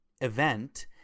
event